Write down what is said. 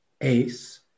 ace